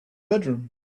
bedroom